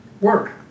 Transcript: work